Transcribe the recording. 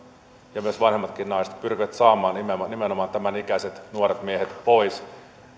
ja myös vanhemmatkin naiset pyrkivät saamaan nimenomaan nimenomaan tämän ikäiset nuoret miehet pois